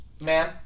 ma'am